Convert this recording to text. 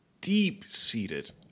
deep-seated